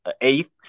eighth